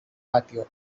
patio